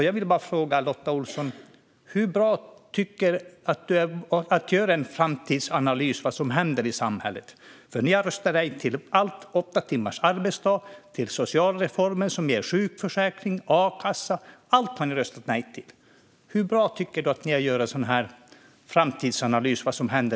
Jag vill därför fråga Lotta Olsson: Hur bra tycker du att ni är på att göra en framtidsanalys av vad som händer i samhället? Ni har röstat nej till allt: åtta timmars arbetsdag och socialreformer som ger sjukförsäkring och akassa. Allt har ni röstat nej till! Hur bra tycker du att ni är på att göra framtidsanalyser?